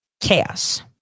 Chaos